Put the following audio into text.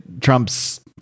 Trump's